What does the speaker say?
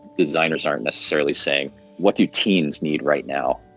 designers aren't necessarily saying what do teens need right now,